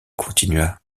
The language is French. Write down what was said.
continua